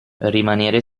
rimanere